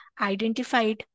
identified